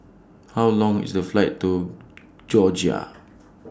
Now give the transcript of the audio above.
How Long IS The Flight to Georgia